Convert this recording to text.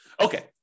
Okay